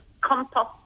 compost